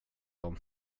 dem